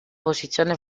posizione